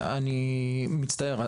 אני מצטער,